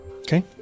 Okay